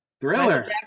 Thriller